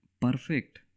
perfect